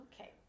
Okay